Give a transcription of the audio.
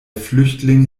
flüchtling